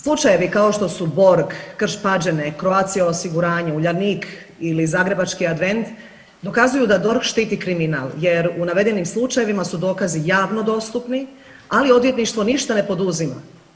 Slučajevi kao što su Borg, Krš Pađene, Croatia osiguranje, Uljanik ili zagrebački advent dokazuju da DORH štiti kriminal jer u navedenim slučajevima dokazi su javno dostupni ali odvjetništvo ništa ne poduzima.